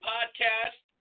Podcast